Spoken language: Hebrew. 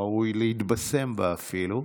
ראוי להתבשם בה אפילו,